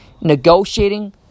negotiating